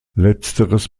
letzteres